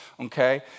okay